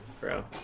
bro